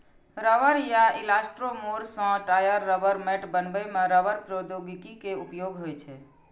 रबड़ या इलास्टोमोर सं टायर, रबड़ मैट बनबै मे रबड़ प्रौद्योगिकी के उपयोग होइ छै